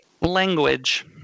language